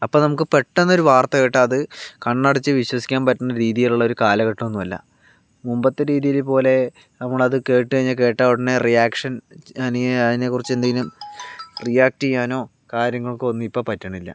അപ്പോൾ നമുക്ക് പെട്ടെന്ന് ഒരു വാർത്ത കേട്ടാൽ അത് കണ്ണടച്ച് വിശ്വസിക്കാൻ പറ്റണ രീതിയിലുള്ള ഒരു കാലഘട്ടം ഒന്നുമല്ല മുമ്പത്തെ രീതിയിലെപ്പോലെ നമ്മൾ അത് കേട്ട് കഴിഞ്ഞാൽ കേട്ട ഉടനെ റിയാക്ഷൻ അല്ലെങ്കിൽ അതിനെക്കുറിച്ച് എന്തെങ്കിലും റിയാക്ട് ചെയ്യാനോ കാര്യങ്ങൾക്കോ ഒന്നും ഇപ്പോൾ പറ്റണില്ല